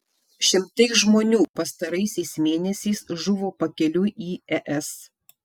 šimtai žmonių pastaraisiais mėnesiais žuvo pakeliui į es